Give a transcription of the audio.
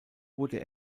wurde